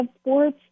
sports